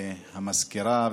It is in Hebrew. והמזכירה,